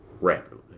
rapidly